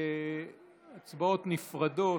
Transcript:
הצבעות נפרדות.